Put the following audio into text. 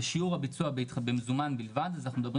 בשיעור הביצוע במזומן בלבד אנחנו מדברים